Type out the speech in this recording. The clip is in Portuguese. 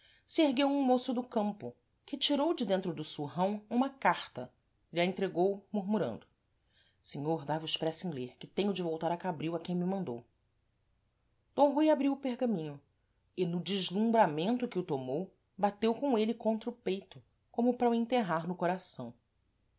se ergueu um môço do campo que tirou de dentro do surrão uma carta lha entregou murmurando senhor dai vos pressa em ler que tenho de voltar a cabril a quem me mandou d rui abriu o pergaminho e no deslumbramento que o tomou bateu com êle contra o peito como para o enterrar no coração